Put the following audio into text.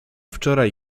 wczoraj